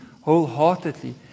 wholeheartedly